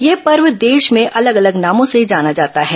यह पर्व देश में अलग अलग नामों से जाना जाता है